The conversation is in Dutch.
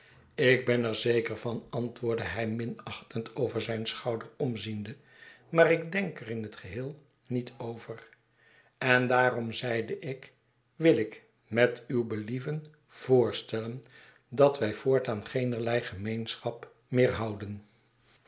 ik ben er zeker van antwoordde hij minachtend over zijn schouder omziende maar ik denk er in tgeheel niet over en daarem zeide ik wil ik metuwbelieven voortellen dat wij voortaan geenerlei gemeenschap meer houden